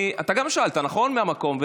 אתה גם שאלת מהמקום, נכון?